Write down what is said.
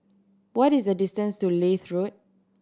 what is the distance to Leith Road